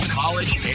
college